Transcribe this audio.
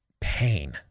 Pain